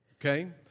Okay